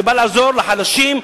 שבא לעזור לחלשים,